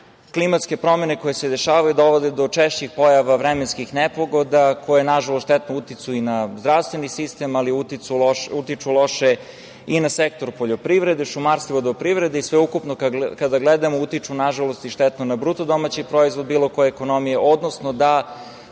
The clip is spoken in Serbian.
klimatske promene koje se dešavaju dovode do češćih pojava vremenskih nepogoda, koje, nažalost, štetno utiču i na zdravstveni sistem, ali utiču loše i na sektor poljoprivrede, šumarstva i vodoprivrede i sveukupno kada gledamo utiču štetno i na BDP bilo koje ekonomije, odnosno